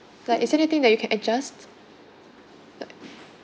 like is there anything that you can adjust like